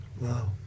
wow